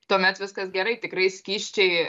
tuomet viskas gerai tikrai skysčiai